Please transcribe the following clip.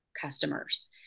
customers